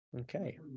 okay